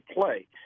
play